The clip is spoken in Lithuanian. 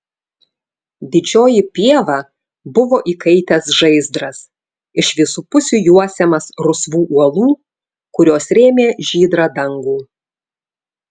didžioji pieva buvo įkaitęs žaizdras iš visų pusių juosiamas rusvų uolų kurios rėmė žydrą dangų